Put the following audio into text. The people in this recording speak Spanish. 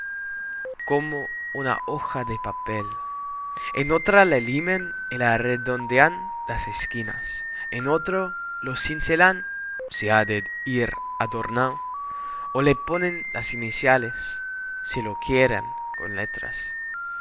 como una hoja de papel en otra le liman y le redondean las esquinas en otra lo cincelan si ha de ir adornado o le ponen las iniciales si lo quieren con letras